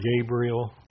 Gabriel